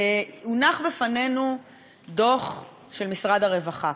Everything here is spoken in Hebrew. הונח בפנינו דוח של משרד הרווחה,